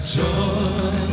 joy